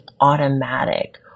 automatic